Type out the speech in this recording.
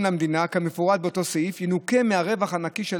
למדינה כמפורט באותו סעיף ינוכה מהרווח הנקי של